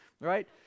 right